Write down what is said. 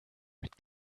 mit